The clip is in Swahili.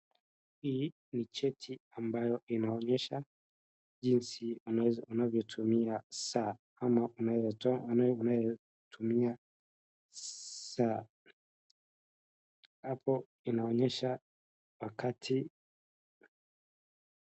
Hii ni cheti ambayo inaonyesha jinsi anaweza anavyotumia saa, ama anaeza toa, anayetumia saa. Hapo inaonyesha wakati...